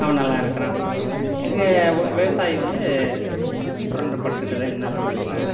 அவன் நல்லா இருக்கிறான் இது விவசாயி வந்து சுரண்ட பட்டுட்டு தான் இன்றளவும் இருக்காங்க